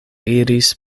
iris